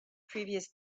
previous